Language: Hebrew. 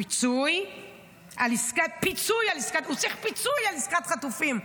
פיצוי הוא צריך פיצוי על עסקת חטופים,